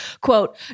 quote